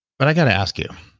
but i got to ask you.